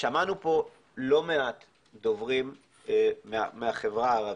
שמענו פה לא מעט דוברים מהחברה הערבית,